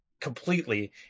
completely